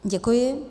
Děkuji.